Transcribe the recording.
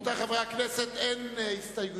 רבותי חברי הכנסת, אין הסתייגויות.